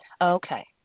Okay